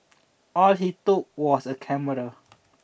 all he took was a camera